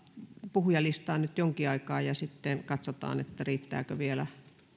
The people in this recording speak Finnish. puhujalistaa nyt jonkin aikaa ja sitten katsotaan riittääkö vielä